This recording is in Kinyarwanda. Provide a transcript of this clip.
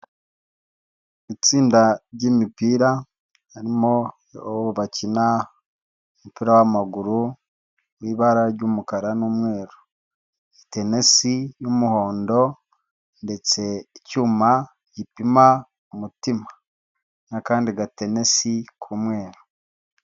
Itsinda ry'imipira, harimo uwo bakina umupira w'amaguru mu ibara ry'umukara n'umweru, itenesi ry'umuhondo ndetse icyuma gipima umutima n'akandi gatenesi ku mweru.